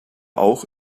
auch